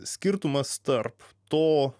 skirtumas tarp to